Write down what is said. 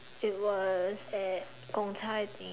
it was at Gong-Cha I think